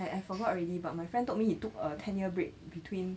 I I forgot already but my friend told me he took a ten year break between